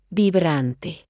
vibrante